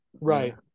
Right